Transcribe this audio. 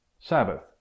Sabbath